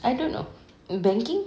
I don't know banking